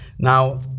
Now